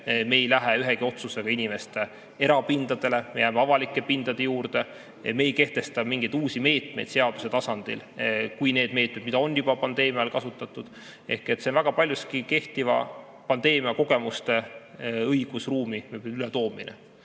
me ei lähe ühegi otsusega inimeste erapindadele, me jääme avalike pindade juurde; me ei kehtesta mingeid uusi meetmeid seaduse tasandil kui need meetmed, mida on juba pandeemia ajal kasutatud. See on väga paljuski [senise] pandeemiakogemuse õigusruumi ületoomine. Kellegi